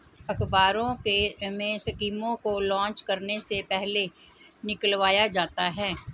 अखबारों में स्कीमों को लान्च करने से पहले निकलवाया जाता है